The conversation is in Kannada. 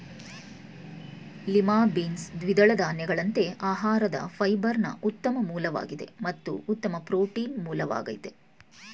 ಲಿಮಾ ಬೀನ್ಸ್ ದ್ವಿದಳ ಧಾನ್ಯಗಳಂತೆ ಆಹಾರದ ಫೈಬರ್ನ ಉತ್ತಮ ಮೂಲವಾಗಿದೆ ಮತ್ತು ಉತ್ತಮ ಪ್ರೋಟೀನ್ ಮೂಲವಾಗಯ್ತೆ